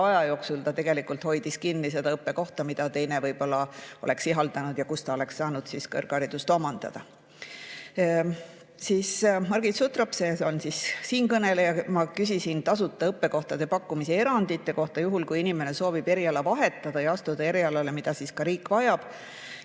aja jooksul ta tegelikult hoidis kinni seda õppekohta, mida teine võib-olla oleks ihaldanud ja millel ta oleks saanud kõrgharidust omandada. Margit Sutrop, siinkõneleja, küsis tasuta õppekohtade pakkumise erandite kohta, juhul kui inimene soovib eriala vahetada ja astuda erialale, mida riik vajab,